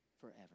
forever